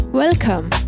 Welcome